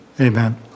Amen